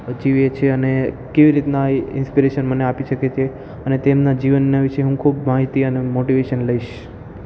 જીવે છે અને કેવી રીતના એ ઈન્સપીરેશન મને આપી શકે છે અને તેમના જીવનના વિશે હું ખૂબ માહિતી અને મોટિવેશન લઈશ